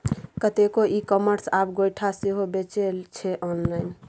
कतेको e commerce आब गोयठा सेहो बेचै छै आँनलाइन